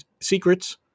Secrets